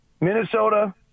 Minnesota